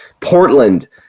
Portland